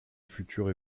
future